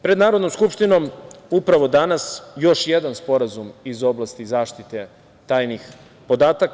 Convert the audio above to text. Pred Narodnom skupštinom, upravo danas, još jedan Sporazum iz oblasti zaštite tajnih podataka.